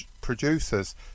producers